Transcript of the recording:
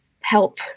help